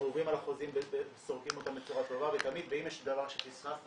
אנחנו עוברים על החוזים וסורקים אותם בצורה טובה ואם יש דבר שפספסנו,